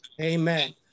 Amen